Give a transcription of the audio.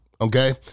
okay